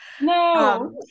No